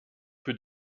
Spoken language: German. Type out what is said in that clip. für